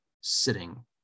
sitting